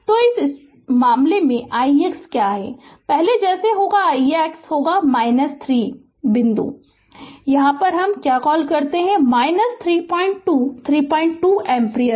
तो इस मामले में ix क्या है पहले जैसा होगा ix होगा 3 बिंदु क्या क्या कॉल करें 32 32 एम्पीयर